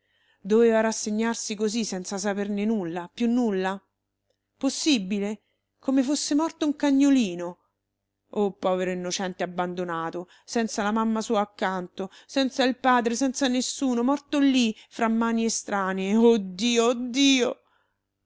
doveva rassegnarsi così senza saperne nulla più nulla possibile come fosse morto un cagnolino oh povero innocente abbandonato senza la mamma sua accanto senza il padre senza nessuno morto lì fra mani estranee oh dio